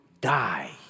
die